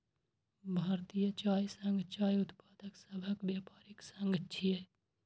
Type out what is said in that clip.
भारतीय चाय संघ चाय उत्पादक सभक व्यापारिक संघ छियै